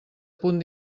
punt